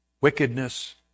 wickedness